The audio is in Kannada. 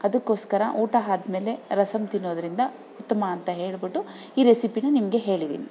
ಅದಕ್ಕೋಸ್ಕರ ಊಟ ಆದ್ಮೇಲೆ ರಸಮ್ ತಿನ್ನೋದ್ರಿಂದ ಉತ್ತಮ ಅಂತ ಹೇಳ್ಬಿಟ್ಟು ಈ ರೆಸಿಪಿನ ನಿಮಗೆ ಹೇಳಿದ್ದೀನಿ